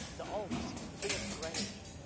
the alps, full of granite.